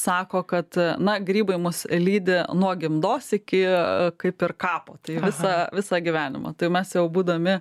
sako kad na grybai mus lydi nuo gimdos iki kaip ir kapo tai tą visą gyvenimą tai mes jau būdami